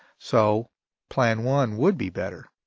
so plan one would be better.